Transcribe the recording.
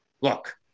Look